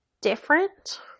different